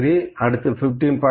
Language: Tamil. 03 15